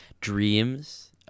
Dreams